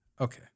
Okay